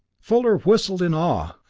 fuller whistled in awe.